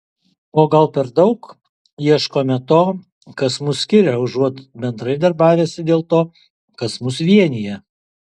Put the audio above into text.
o gal per daug ieškome to kas mus skiria užuot bendrai darbavęsi dėl to kas mus vienija